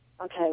okay